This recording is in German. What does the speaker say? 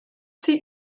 sie